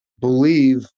believe